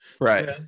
Right